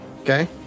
Okay